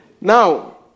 Now